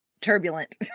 turbulent